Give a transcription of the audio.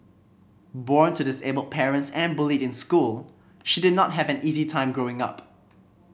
born to disabled parents and bullied in school she did not have an easy time growing up